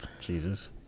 Jesus